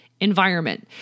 environment